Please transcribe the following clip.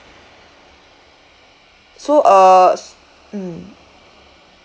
so uh mm